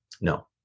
No